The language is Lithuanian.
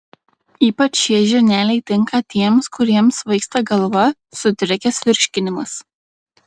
ypač šie žirneliai tinka tiems kuriems svaigsta galva sutrikęs virškinimas